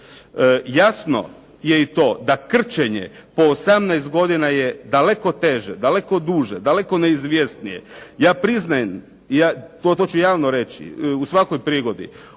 Jasno je i to da krčenje po 18 godina je daleko teže, daleko duže, daleko neizvjesnije. Ja priznajem, to ću javno reći u svakoj prigodi,